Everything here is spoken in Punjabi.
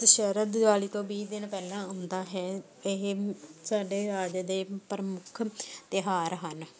ਦੁਸਹਿਰਾ ਦੀਵਾਲੀ ਤੋਂ ਵੀਹ ਦਿਨ ਪਹਿਲਾਂ ਆਉਂਦਾ ਹੈ ਇਹ ਸਾਡੇ ਰਾਜ ਦੇ ਪ੍ਰਮੁੱਖ ਤਿਉਹਾਰ ਹਨ